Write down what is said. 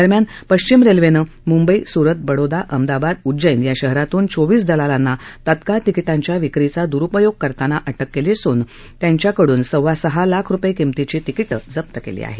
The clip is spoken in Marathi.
दरम्यान पश्चिम रेल्वेनं मुंब सुरत बडोदा अहमदाबाद उजैन या शहरातून चोवीस दलालांना तत्काळ तिकीटांच्या विक्रीचा दुरुपयोग करताना अटक केली असून त्यांच्या सव्वासहा लाख रुपये किमतीची तिकीटं जप्त केली आहेत